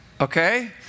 okay